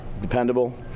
dependable